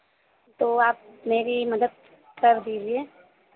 तो आप मेरी मदद कर दीजिए